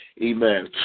Amen